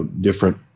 different